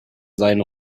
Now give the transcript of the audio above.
seinen